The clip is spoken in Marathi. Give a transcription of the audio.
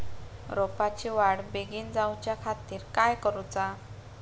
रोपाची वाढ बिगीन जाऊच्या खातीर काय करुचा?